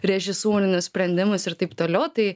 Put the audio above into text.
režisūrinius sprendimus ir taip toliau tai